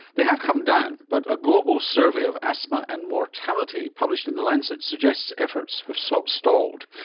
they have come down, but a global survey of asthma and mortality published in the lancet suggests efforts have so stalled.